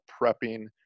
prepping